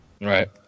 Right